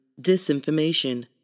disinformation